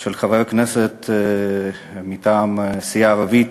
של חבר כנסת מטעם סיעה ערבית,